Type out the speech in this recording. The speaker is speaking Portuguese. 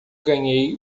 ganhei